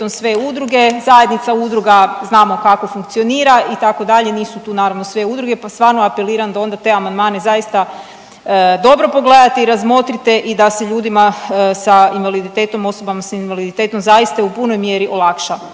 sve udruge, zajednica udruga znamo kako funkcionira, itd., nisu tu naravno, sve udruge pa stvarno apeliram da onda te amandmane zaista dobro pogledate i razmotrite i da se ljudima sa invaliditetom, osoba s invaliditetom zaista u punoj mjeri olakša.